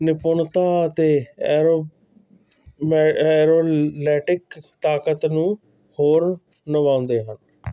ਨਿਪੁੰਨਤਾ ਅਤੇ ਐਰੋ ਐ ਐਰੋਨੈਟਿਕ ਤਾਕਤ ਨੂੰ ਹੋਰ ਨਿਵਾਉਂਦੇ ਹਨ